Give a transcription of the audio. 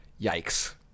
Yikes